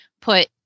put